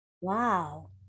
Wow